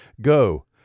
Go